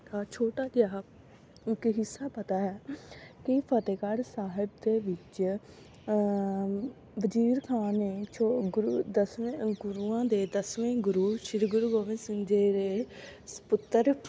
ਛੋਟਾ ਜਿਹਾ ਇੱਕ ਹਿੱਸਾ ਪਤਾ ਹੈ ਕਿ ਫਤਿਹਗੜ੍ਹ ਸਾਹਿਬ ਦੇ ਵਿੱਚ ਵਜ਼ੀਰ ਖਾਨ ਨੇ ਛੋ ਗੁਰੂ ਦਸਵੇਂ ਗੁਰੂਆਂ ਦੇ ਦਸਵੇਂ ਗੁਰੂ ਸ਼੍ਰੀ ਗੁਰੂ ਗੋਬਿੰਦ ਸਿੰਘ ਜੀ ਦੇ ਸਪੁੱਤਰ